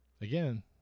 again